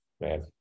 Man